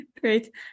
Great